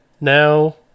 Now